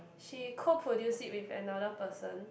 she co produce it with another person